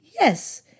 Yes